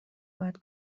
باید